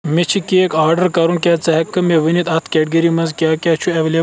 مےٚ چھ cake order کرُن کیٛاہ ژٕ ہیٚکہٕ مےٚ ونِتھ اَتھ کیٹگری منٛز کیٛاہ کیٛاہ چھ ایٚولیبٕل